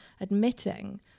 admitting